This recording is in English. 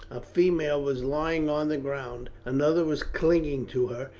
a female was lying on the ground, another was clinging to her,